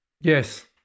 Yes